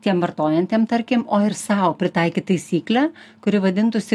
tiem vartojantiem tarkim o ir sau pritaikyt taisyklę kuri vadintųsi